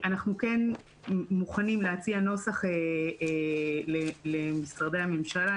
אנחנו מוכנים להציע נוסח למשרדי הממשלה,